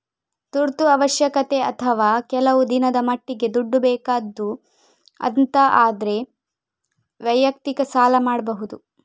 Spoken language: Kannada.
ತುರ್ತು ಅವಶ್ಯಕತೆ ಅಥವಾ ಕೆಲವು ದಿನದ ಮಟ್ಟಿಗೆ ದುಡ್ಡು ಬೇಕಾದ್ದು ಅಂತ ಆದ್ರೆ ವೈಯಕ್ತಿಕ ಸಾಲ ಮಾಡ್ಬಹುದು